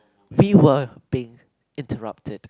we were being interrupted